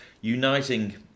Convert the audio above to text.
uniting